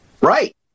Right